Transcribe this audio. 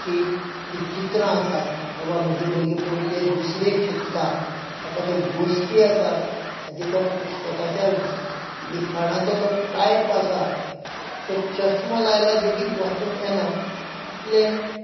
की तीं चित्रां आसात बाबा म्हजे भुरगे पयलेक दुसरेक शिकता ताका त्यो गोष्टी आसात ताचेर ज्या पुस्तकांचो लिखाणाचो टायप आसा तो चश्मो लायल्यार लेगीत वाचूंक येना इतलें